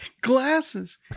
glasses